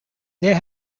there